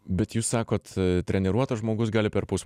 bet jūs sakot treniruotas žmogus gali perpus